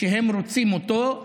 והם רוצים אותו,